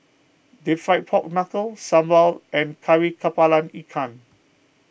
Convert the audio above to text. Deep Fried Pork Knuckle Sambal and Kari Kepala Ikan